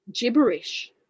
gibberish